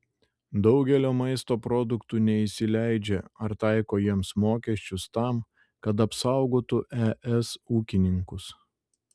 daugelio maisto produktų neįsileidžia ar taiko jiems mokesčius tam kad apsaugotų es ūkininkus